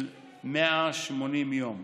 180 יום.